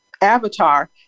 avatar